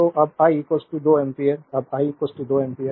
slide time देखें 1919 तो जब आई २ एम्पीयर जब आई २ एम्पीयर